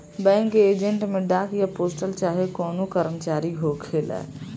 bank के agent में डाक या पोस्टल चाहे कवनो कर्मचारी होखेला